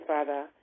Father